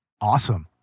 awesome